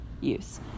use